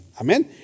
Amen